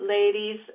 ladies